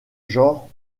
genre